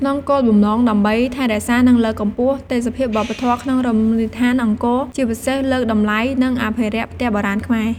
ក្នុងគោលបំណងដើម្បីថែរក្សានិងលើកកម្ពស់ទេសភាពវប្បធ៌មក្នុងរមណីយដ្ឋានអង្គរ ជាពិសេសលើកតម្លៃនិងអភិរក្សផ្ទះបុរាណខ្មែរ។